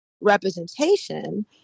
representation